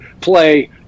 play